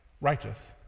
Righteous